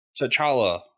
T'Challa